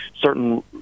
certain